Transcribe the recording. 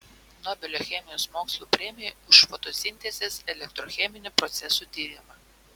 nobelio chemijos mokslų premija už fotosintezės elektrocheminių procesų tyrimą